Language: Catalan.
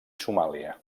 somàlia